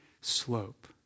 slope